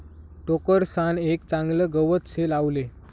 टोकरसान एक चागलं गवत से लावले